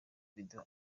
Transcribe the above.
video